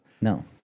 No